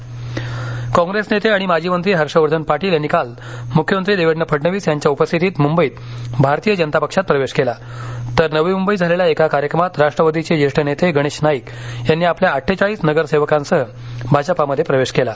पक्षांतर काँप्रेस नेते आणि माजी मंत्री हर्षवर्धन पाटील यांनी काल मुख्यमंत्री देवेंद्र फडणवीस यांच्या उपस्थितीत मुंबईत भारतीय जनता पक्षात प्रवेश केला तर नवी मुंबईत झालेल्या एका कार्यक्रमात राष्ट्रवादीचे ज्येष्ठ नेते गणेश नाईक यांनी आपल्या अठ्ठेचाळीस नगरसेवकांसह भाजपामध्ये प्रवेश केला